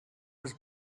was